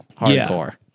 Hardcore